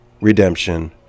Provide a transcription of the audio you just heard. redemption